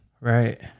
right